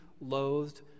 loathed